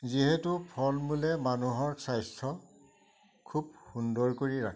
যিহেতু ফল মূলে মানুহৰ স্বাস্থ্য খুব সুন্দৰ কৰি ৰাখে